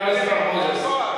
סגן השר מוזס,